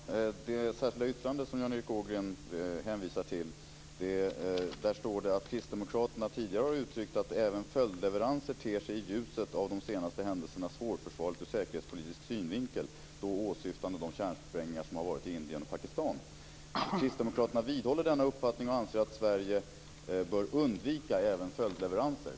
Herr talman! I det särskilda yttrande som Jan Erik Ågren hänvisar till står det att kristdemokraterna tidigare har uttryckt att även följdleveranser i ljuset av de senaste händelserna ter sig svårförsvarliga ur säkerhetspolitisk synvinkel, då åsyftande de kärnsprängningar som har gjorts i Indien och Pakistan. Kristdemokraterna vidhåller denna uppfattning och anser att Sverige bör undvika även följdleveranser.